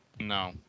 No